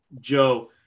Joe